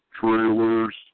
trailers